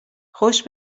خوش